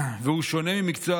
והוא שונה ממקצוע